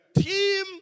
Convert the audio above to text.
Team